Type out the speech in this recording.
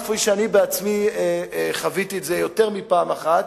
כפי שאני בעצמי חוויתי את זה יותר מפעם אחת,